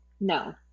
no